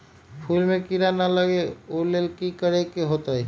फूल में किरा ना लगे ओ लेल कि करे के होतई?